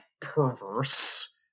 perverse